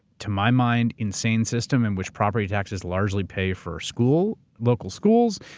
to my mind, insane system in which property taxes largely pay for school. local schools.